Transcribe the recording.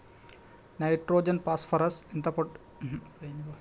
Nitrogen phosphorus potassium ఎంత మోతాదు లో వాడాలి?